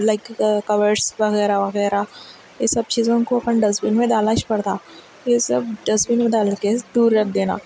like course وغیرہ وغیرہ یہ سب چیزوں کو اپن ڈسبن میں ڈالنا اچ پڑتا یہ سب ڈسبن میں ڈال کے دور رکھ دینا